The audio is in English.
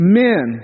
men